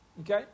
Okay